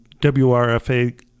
WRFA